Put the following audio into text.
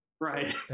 Right